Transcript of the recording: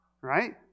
right